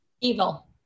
Evil